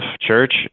Church